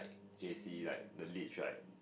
J_C like the leads right